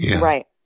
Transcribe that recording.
Right